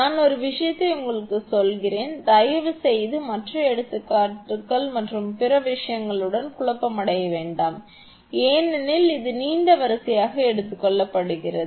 நான் ஒரு விஷயத்தை உங்களுக்குச் சொல்கிறேன் தயவுசெய்து மற்ற எடுத்துக்காட்டுகள் மற்றும் பிற விஷயங்களுடன் குழப்பமடைய வேண்டாம் ஏனெனில் இது நீண்ட வரிசையாக எடுத்துக் கொள்ளப்படுகிறது